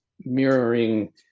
mirroring